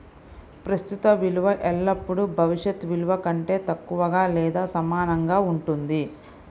ప్రస్తుత విలువ ఎల్లప్పుడూ భవిష్యత్ విలువ కంటే తక్కువగా లేదా సమానంగా ఉంటుంది